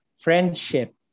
Friendship